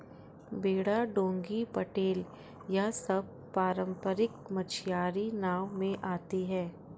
बेड़ा डोंगी पटेल यह सब पारम्परिक मछियारी नाव में आती हैं